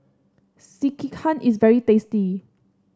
Sekihan is very tasty